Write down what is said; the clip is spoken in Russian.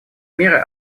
меры